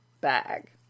bag